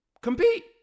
compete